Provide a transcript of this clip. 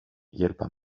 hjälpa